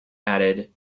added